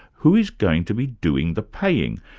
who is going to be doing the paying,